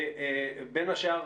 שבין השאר